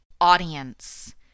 audience